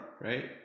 right